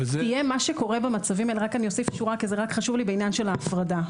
אני רק אוסיף שורה כי זה חשוב לי בעניין של ההפרדה.